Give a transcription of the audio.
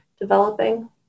developing